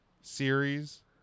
series